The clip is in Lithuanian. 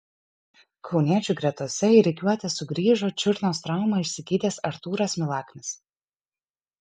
kauniečių gretose į rikiuotę sugrįžo čiurnos traumą išsigydęs artūras milaknis